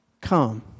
come